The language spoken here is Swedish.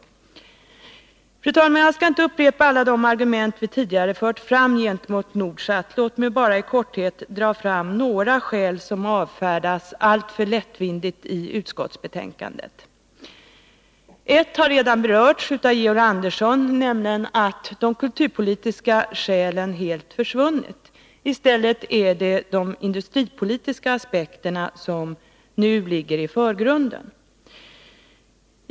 Fru talman! Jag skall inte upprepa alla de argument vi tidigare fört fram gentemot Nordsat. Låt mig bara i korthet dra fram några skäl som avfärdas alltför lättvindigt i utskottsbetänkandet. Ett har redan berörts av Georg Andersson, nämligen att de kulturpolitiska skälen helt försvunnit. I stället är det de industripolitiska aspekterna som nu ligger i förgrunden.